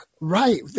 Right